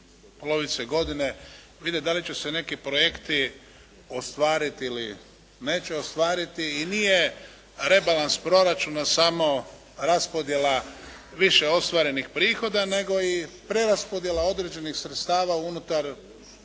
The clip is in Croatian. polovice godine, vidjeti da li će se neki projekti ostvariti ili neće ostvariti i nije rebalans proračuna samo raspodjela više ostvarenih prihoda, nego i preraspodjela određenih sredstava unutar